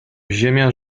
ziemia